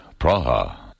Praha